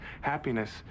happiness